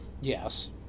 Yes